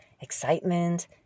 excitement